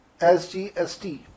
SGST